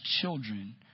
children